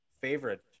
favorite